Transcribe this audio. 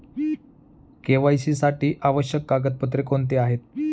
KYC साठी आवश्यक कागदपत्रे कोणती आहेत?